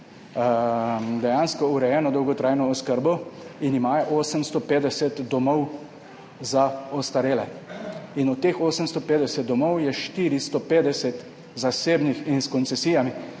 dejansko urejeno dolgotrajno oskrbo in imajo 850 domov za ostarele in od teh 850 domov je 450 zasebnih in s koncesijami.